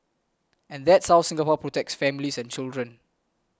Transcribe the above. and that's how Singapore protects families and children